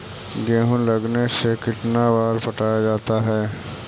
गेहूं लगने से कितना बार पटाया जाता है?